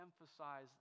emphasize